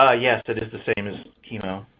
ah yes, it is the same as chemo